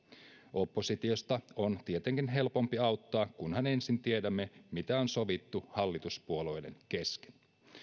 oppositiosta on tietenkin helpompi auttaa kunhan ensin tiedämme mitä on sovittu hallituspuolueiden kesken